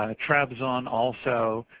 ah trabzon also,